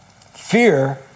Fear